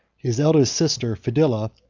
his eldest sister fadilla,